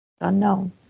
unknown